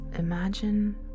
Imagine